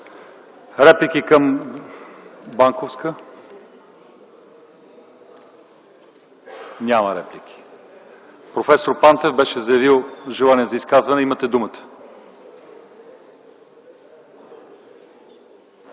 Реплики към госпожа Банковска? Няма реплики. Проф. Пантев беше заявил желание за изказване, имате думата.